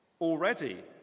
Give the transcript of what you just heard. Already